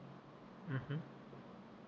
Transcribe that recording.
mmhmm